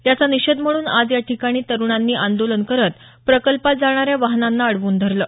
याचा निषेध म्हणून आज याठिकाणी तरुणांनी अंदोलन करत प्रकल्पात जाणाऱ्या वाहनांना अडवून धरलं